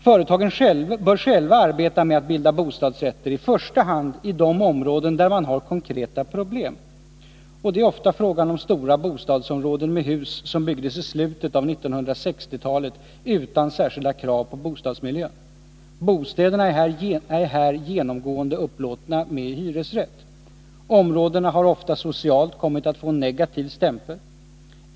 Företagen bör själva arbeta med att bilda bostadsrätter, i första hand i de områden där man har konkreta problem. Det är ofta frågan om stora bostadsområden med hus som byggdes i slutet av 1960-talet utan särskilda krav på bostadsmiljön. Bostäderna är här genomgående upplåtna med hyresrätt. Områdena har ofta socialt kommit att få en negativ stämpel.